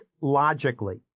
logically